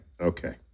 okay